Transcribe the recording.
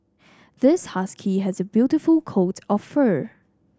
this husky has a beautiful coat of fur